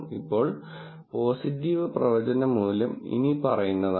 ഇപ്പോൾ പോസിറ്റീവ് പ്രവചന മൂല്യം ഇനിപ്പറയുന്നതാണ്